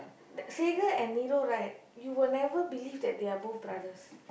Sekar and Niru right you will never believe that they are both brothers